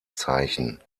zeichen